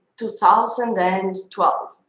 2012